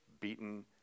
beaten